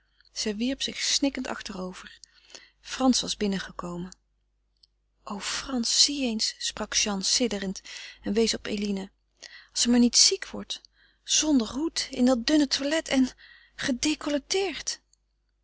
zij wierp zich snikkend achterover frans was binnengekomen o frans zie eens sprak jeanne sidderend en wees op eline als ze maar niet ziek wordt zonder hoed in dat dunne toilet en